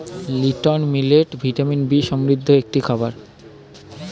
little millet vitamin B সমৃদ্ধ একটি খাবার